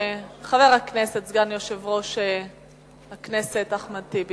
חבר הכנסת סגן יושב-ראש הכנסת אחמד טיבי.